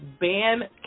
ban